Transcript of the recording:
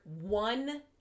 one